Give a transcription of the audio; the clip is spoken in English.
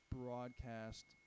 broadcast